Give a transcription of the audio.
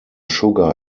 sugar